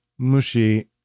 Mushi